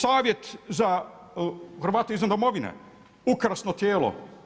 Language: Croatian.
Savjet za Hrvate izvan Domovine, ukrasno tijelo.